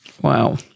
Wow